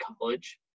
college